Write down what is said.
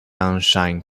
region